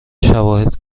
شواهد